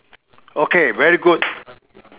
okay very good